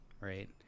right